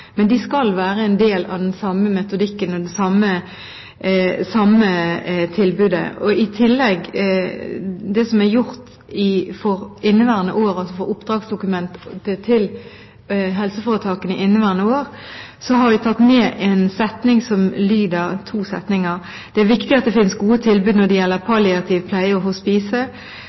men de skal være en del av den samme metodikken og det samme tilbudet. Det som i tillegg er gjort i oppdragsdokumentet til helseforetakene for inneværende år, er at vi har tatt med to setninger, som lyder: «Det er viktig at det finnes gode tilbud når det gjelder palliativ pleie